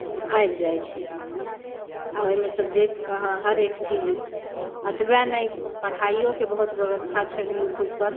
आबि जाइत छै आ ओहिमे सँ देख कऽ अहाँ हरेक चीज एतबहि नहि पढ़ाइओके बहुत व्यवस्था छैन्ह यूट्यूबपर